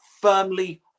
firmly